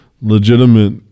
legitimate